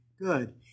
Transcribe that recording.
good